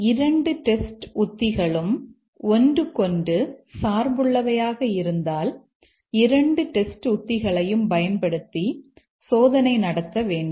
2 test உத்திகளும் ஒன்றுக்கொன்று சார்புள்ளவையாக இருந்தால் இரண்டு டெஸ்ட் உத்திகளையும் பயன்படுத்தி சோதனை நடத்த வேண்டும்